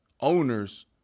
owners